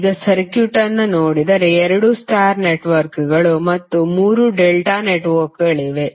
ಈಗ ಸರ್ಕ್ಯೂಟ್ ಅನ್ನು ನೋಡಿದರೆ 2 ಸ್ಟಾರ್ ನೆಟ್ವರ್ಕ್ಗಳು ಮತ್ತು 3 ಡೆಲ್ಟಾ ನೆಟ್ವರ್ಕ್ಗಳಿವೆ